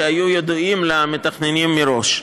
שהיו ידועות למתכננים מראש.